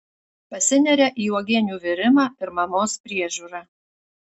pasineria į uogienių virimą ir mamos priežiūrą